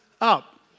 up